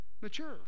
mature